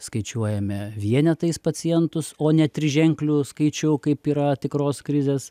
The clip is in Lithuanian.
skaičiuojame vienetais pacientus o ne triženkliu skaičiu kaip yra tikros krizės